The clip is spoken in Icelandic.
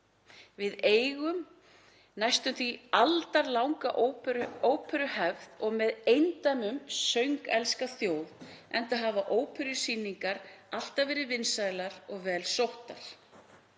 Við eigum næstum því aldarlanga óperuhefð og með eindæmum söngelska þjóð, enda hafa óperusýningar alltaf verið vinsælar og vel sóttar.